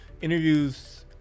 interviews